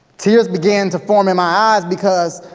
tears began to form in my eyes because,